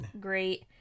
great